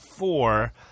four